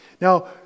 Now